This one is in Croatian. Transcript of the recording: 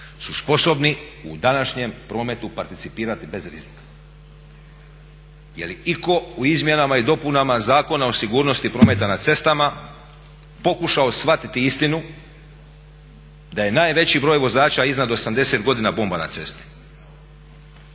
su sposobni u današnjem prometu participirati bez rizika? Je li itko u izmjenama i dopunama Zakona o sigurnosti prometa na cestama pokušao shvatiti istinu da je najveći broj vozača iznad 80 godina bomba na cesti?